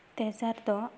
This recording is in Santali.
ᱛᱮᱥᱟᱨ ᱫᱚ